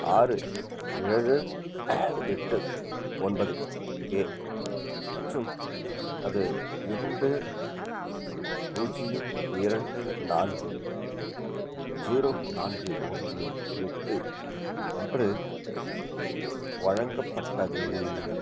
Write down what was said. ஆறு ஏழு எட்டு ஒன்பது கே மற்றும் அது இரண்டு பூஜ்ஜியம் இரண்டு நான்கு ஜீரோ நான்கு ஒன்று எட்டு அன்று வழங்கப்பட்டது